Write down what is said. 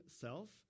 self